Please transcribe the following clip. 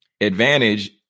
advantage